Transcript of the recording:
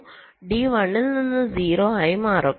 അതിനാൽ D 1 ൽ നിന്ന് 0 ആയി മാറും